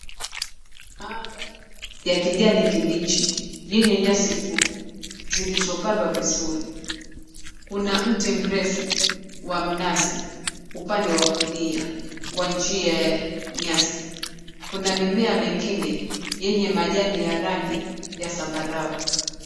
Anga ya kijani kibichi yenye nyasi fupi zilizopandwa vizuri. Kuna mti mrefu wa mnazi upande wa kulia wa njia ya nyasi. Kuna mimea mingine yenye majani ya rangi ya zambarau.